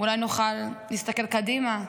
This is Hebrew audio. אולי נוכל להסתכל קדימה,